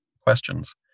questions